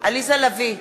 עליזה לביא,